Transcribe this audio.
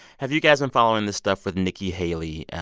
have you guys been following this stuff with nikki haley